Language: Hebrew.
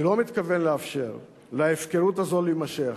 אני לא מתכוון לאפשר להפקרות הזאת להימשך,